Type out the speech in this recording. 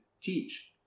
teach